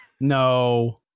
No